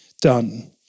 done